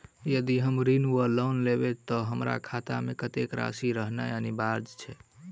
यदि हम ऋण वा लोन लेबै तऽ हमरा खाता मे कत्तेक राशि रहनैय अनिवार्य छैक?